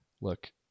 Look